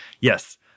Yes